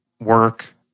work